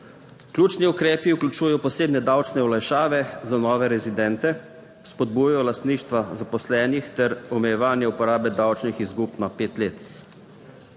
Ključni ukrepi vključujejo posebne davčne olajšave za nove rezidente, spodbujanje lastništva zaposlenih ter omejevanje uporabe davčnih izgub na pet let.